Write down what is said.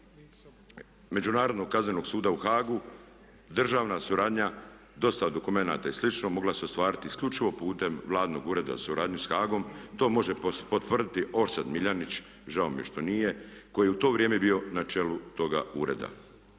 Međunarodnog kaznenog suda u Hagu državna suradnja dostava dokumenata i slično mogla se ostvariti isključivo putem Vladinog ureda o suradnji sa Hagom. To može potvrditi Orsat Miljenić, žao mi je što nije koji je u to vrijeme bio na čelu toga ureda.